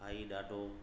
आई ॾाढो